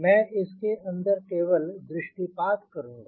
मैं इसके अंदर केवल दृष्टि पात करूँगा